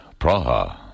Praha